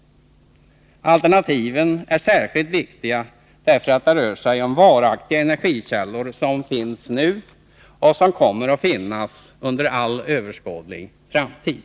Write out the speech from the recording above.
Alternativen är särskilt viktiga, därför att det rör sig om varaktiga energikällor som finns nu och kommer att finnas under all överskådlig framtid.